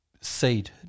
seed